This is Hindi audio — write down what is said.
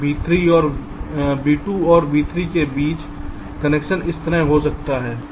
V2 और v3 के बीच कनेक्शन इस तरह हो सकता है